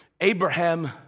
Abraham